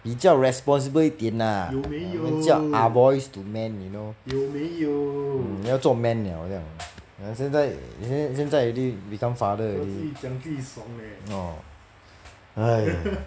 比较 responsible 一点 lah 我们叫 ah boys to man you know 你要做 man liao 这样 ah 现在现现在 already become father already orh !haiya!